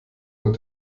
mit